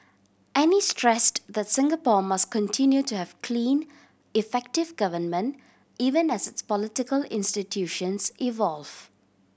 and he stressed that Singapore must continue to have clean effective government even as its political institutions evolve